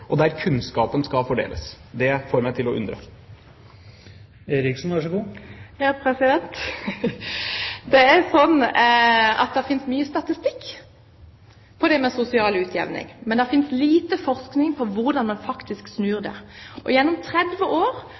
møtes, der demokratiforståelsen til barn bygges, og der kunnskapen skal fordeles? Det får meg til å undre. Det er slik at det finnes mye statistikk på sosial utjevning. Men det finnes lite forskning på hvordan man faktisk kan snu den. Gjennom 30 år